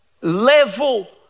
level